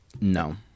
No